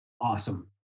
awesome